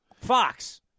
Fox